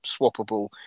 swappable